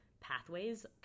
pathways